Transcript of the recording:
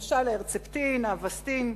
למשל ה"הרצפטין" וה"אווסטין".